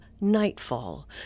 nightfall